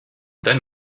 then